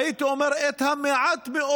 והייתי אומר: את המעט-מאוד